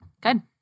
good